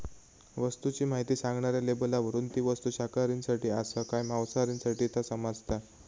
वस्तूची म्हायती सांगणाऱ्या लेबलावरून ती वस्तू शाकाहारींसाठी आसा काय मांसाहारींसाठी ता समाजता